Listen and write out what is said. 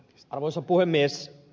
arvoisa puhemies